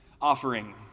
offering